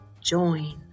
join